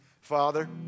Father